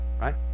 right